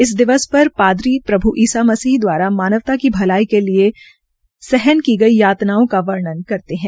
इस दिवस पर पादरी प्रभ् ईसा मसीह द्वारा मानवता की भलाई के लिये सहन की गई यातनाओं का वर्णन करते है